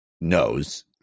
knows